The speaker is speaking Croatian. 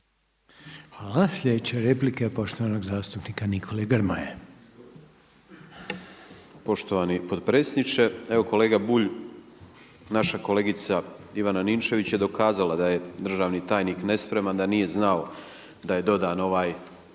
Hvala. Sljedeća replika je poštovanog zastupnika Nikole Grmoje. **Grmoja, Nikola (MOST)** Poštovani potpredsjedniče. Evo kolega Bulj, naša kolegica Ivana Ninčević je dokazala da je državni tajnik nespreman, da nije znao da je dodan ovaj